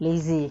lazy